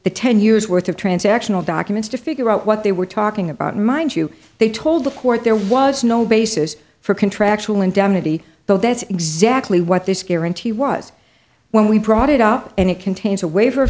the ten years worth of transactional documents to figure out what they were talking about mind you they told the court there was no basis for contractual indemnity but that's exactly what this guarantee was when we brought it up and it contains a waiver